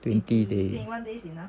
twenty day